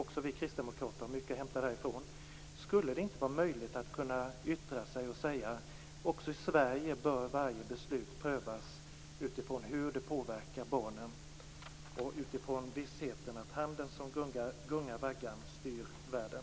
Också vi kristdemokrater har mycket att hämta därifrån. Skulle det inte vara möjligt att kunna yttra sig och säga: Också i Sverige bör varje beslut prövas utifrån hur det påverkar barnen och utifrån vissheten att handen som gungar vaggan styr världen.